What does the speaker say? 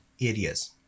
areas